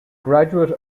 graduate